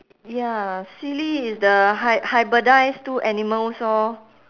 ya silly is the hy~ hybridise two animals orh